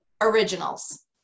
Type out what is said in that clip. Originals